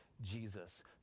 Jesus